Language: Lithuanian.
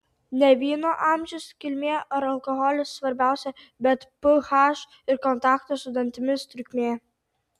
ne vyno amžius kilmė ar alkoholis svarbiausia bet ph ir kontakto su dantimis trukmė